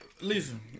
Listen